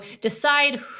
decide